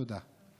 תודה.